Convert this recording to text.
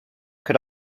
cut